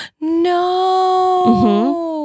No